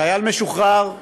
חייל משוחרר,